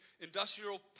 Industrial